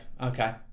okay